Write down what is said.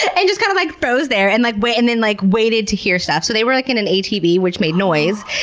and just kind of like froze there, and like and then like waited to hear stuff. so they were like in an atv which made noise,